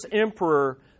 emperor